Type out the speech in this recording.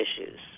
issues